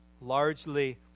largely